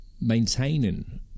maintaining